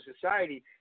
society